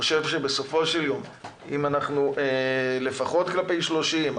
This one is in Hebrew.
בסופו של יום אם לפחות כלפי 30%,